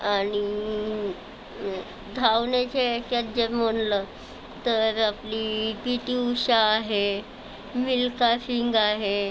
आणि धावण्याच्या ह्याच्यात जर म्हटलं तर आपली पी टी उषा आहे मिल्खा सिंग आहे